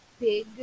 big